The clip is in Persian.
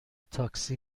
تاکسی